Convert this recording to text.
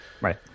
right